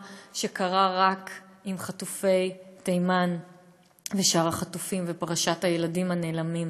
שקרה רק עם חטופי תימן ושאר החטופים בפרשת הילדים הנעלמים.